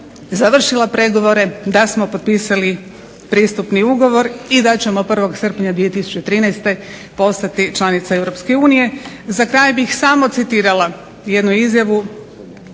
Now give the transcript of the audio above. završila pregovore, da smo potpisali pristupni ugovor i da ćemo 1. srpnja 2013. postati članica Europske unije. Za kraj bih samo citirala jednu izjavu